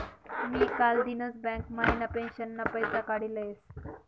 मी कालदिनच बँक म्हाइन पेंशनना पैसा काडी लयस